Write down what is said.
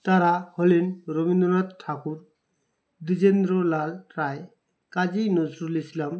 তারা হলেন রবীন্দ্রনাথ ঠাকুর দিজেন্দ্রলাল রায় কাজী নজরুল ইসলাম